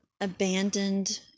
abandoned